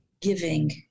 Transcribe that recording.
giving